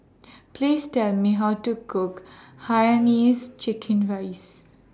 Please Tell Me How to Cook Hainanese Chicken Rice